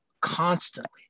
constantly